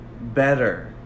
better